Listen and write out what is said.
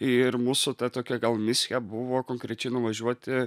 ir mūsų ta tokia gal misija buvo konkrečiai nuvažiuoti